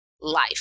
life